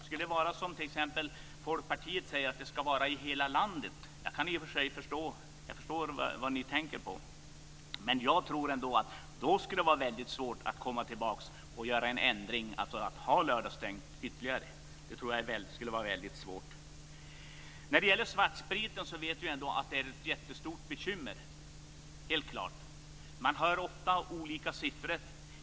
Skulle man göra försöket i hela landet som Folkpartiet vill - jag förstår i och för sig vad ni tänker på - tror jag att det skulle vara väldigt svårt att sedan komma tillbaka med lördagsstängt. Det tror jag skulle vara väldigt svårt. När det gäller svartspriten vill jag säga att vi ju ändå vet att den är ett jättestort bekymmer. Man hör ofta olika siffror.